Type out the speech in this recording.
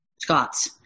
Scots